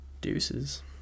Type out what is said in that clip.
Deuces